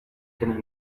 can